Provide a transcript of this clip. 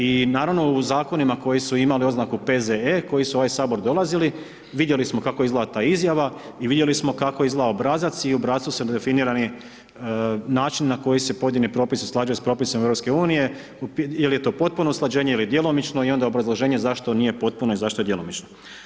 I naravno u zakonima koji su imali oznaku P.Z.E. koji su u ovaj Sabor dolazili vidjeli smo kako izgleda ta izjava i vidjeli smo kako izgleda obrazac i u obrascu su definirani načini na koji se pojedini propis usklađuje sa propisom EU, je li to potpuno usklađenje ili djelomično i onda obrazloženje zašto nije potpuno i zašto je djelomično.